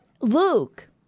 Luke